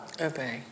Obey